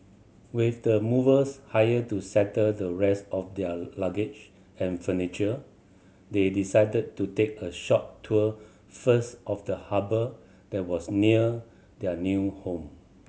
with the movers hired to settle the rest of their luggage and furniture they decided to take a short tour first of the harbour that was near their new home